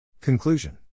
Conclusion